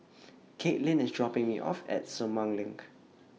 Katelynn IS dropping Me off At Sumang LINK